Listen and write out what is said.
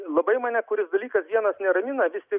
labai mane kuris dalykas vienas neramina vis tik